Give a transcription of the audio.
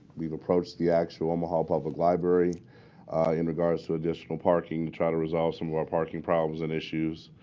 we've approached the actual omaha public library in regards to additional parking to try to resolve some of our parking problems and issues.